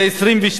זה 22,